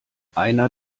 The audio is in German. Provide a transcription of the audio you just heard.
einer